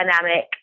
dynamic